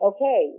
Okay